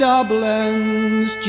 Dublin's